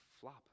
flop